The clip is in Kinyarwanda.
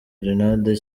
gerenade